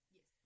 Yes